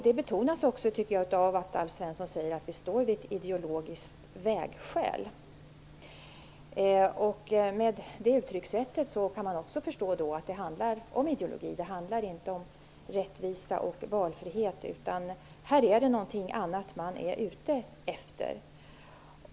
Det betonas enligt min uppfattning också av att Alf Svensson säger att vi står vid ett ideologiskt vägskäl. Att Alf Svensson uttrycker sig på det sättet gör också att man förstår att det handlar om ideologi, att det inte handlar om rättvisa och valfrihet utan att det är något annat som man är ute efter.